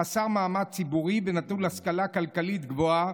חסר מעמד ציבורי ונטול השכלה כלכלית גבוהה,